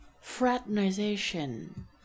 fraternization